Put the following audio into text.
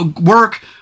work